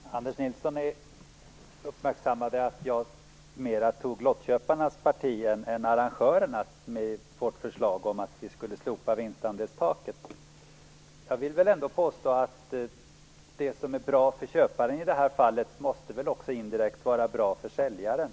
Fru talman! Anders Nilsson uppmärksammade att jag i högre grad tog lottköparnas parti än arrangörernas genom vårt förslag att slopa vinstandelstaket. Jag vill ändå påstå att det som är bra för köparen i det här fallet indirekt också måste vara bra för säljaren.